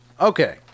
Okay